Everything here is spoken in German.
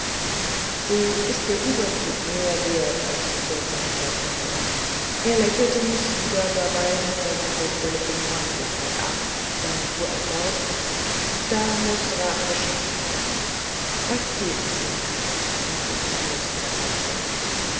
so ist der überzug mehr wert als die vierzehnhundert taler er lächelte mich wieder dabei mit seiner fürchterlichen freundlichkeit an dann fuhr er fort da muß rat geschaffen werden was geben sie mir wenn ich ihnen den verlust ersetze